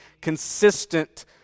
consistent